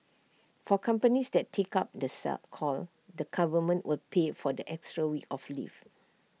for companies that take up the sell call the government will pay for the extra week of leave